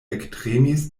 ektremis